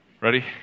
Ready